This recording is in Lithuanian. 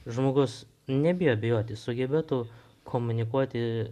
žmogus nebijo abejoti sugebėtų komunikuoti